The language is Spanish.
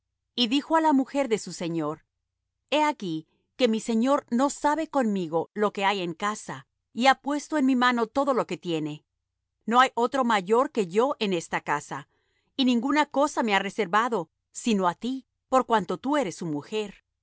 y dijo á la mujer de su señor he aquí que mi señor no sabe conmigo lo que hay en casa y ha puesto en mi mano todo lo que tiene no hay otro mayor que yo en esta casa y ninguna cosa me ha reservado sino á ti por cuanto tú eres su mujer